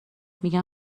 میگن